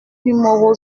numéro